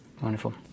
Wonderful